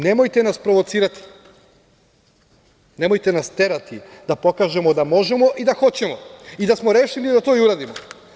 Nemojte nas provocirati, nemojte nas terati da pokažemo da možemo i da hoćemo i da smo rešili i da to i uradimo.